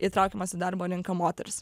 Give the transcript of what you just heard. įtraukiamas į darbo rinką moteris